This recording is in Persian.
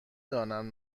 دانم